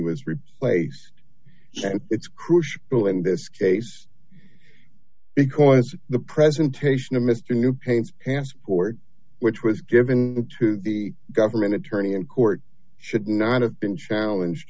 was replaced it's crucial in this case because the presentation of mr new pains passport which was given to the government attorney in court should not have been challenged